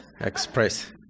Express